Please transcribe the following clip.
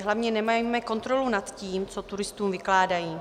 Hlavně nemáme kontrolu nad tím, co turistům vykládají.